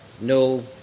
no